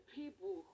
people